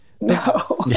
No